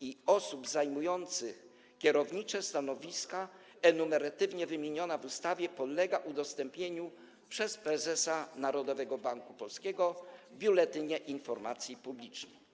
i osób zajmujących kierownicze stanowiska enumeratywnie wymieniona w ustawie podlega udostępnieniu przez prezesa Narodowego Banku Polskiego w Biuletynie Informacji Publicznej.